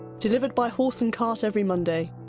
delivered by horse and cart every monday,